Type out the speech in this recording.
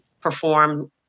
perform